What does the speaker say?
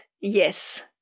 yes